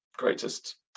greatest